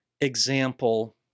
example